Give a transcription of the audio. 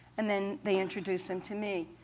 and then they introduce him to me,